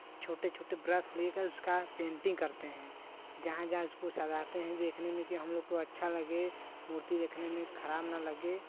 छोटे छोटे ब्रश लेकर उसका पेंटिंग करते हैं जहां जहां उसको चलाते हैं उसको देखने में कि हमलोग को अच्छा लगे मूर्ती देखने में खराब ना लगे